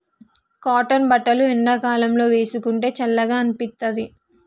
cotton బట్టలు ఎండాకాలం లో వేసుకుంటే చల్లగా అనిపిత్తది